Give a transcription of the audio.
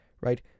right